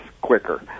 quicker